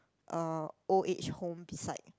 uh old aged home beside